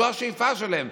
זו השאיפה שלהם,